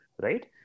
right